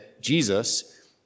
Jesus